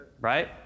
Right